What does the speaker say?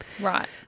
Right